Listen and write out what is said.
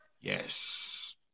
Yes